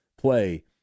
play